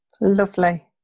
lovely